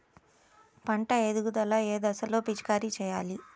పంట ఎదుగుదల ఏ దశలో పిచికారీ చేయాలి?